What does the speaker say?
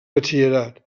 batxillerat